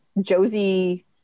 Josie